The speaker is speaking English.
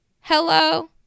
Hello